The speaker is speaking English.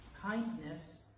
Kindness